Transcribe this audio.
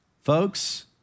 Folks